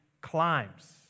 climbs